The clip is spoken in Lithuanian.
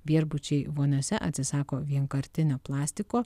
viešbučiai voniose atsisako vienkartinio plastiko